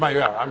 um yeah, um